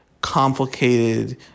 complicated